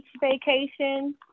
vacation